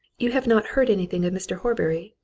you have not heard anything of mr. horbury?